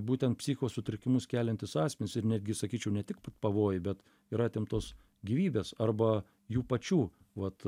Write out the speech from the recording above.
būtent psichikos sutrikimus keliantys asmenys ir netgi sakyčiau ne tik pavojai bet ir atimtos gyvybės arba jų pačių vat